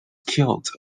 killed